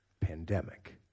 Pandemic